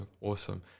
awesome